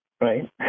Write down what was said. right